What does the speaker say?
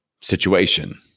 situation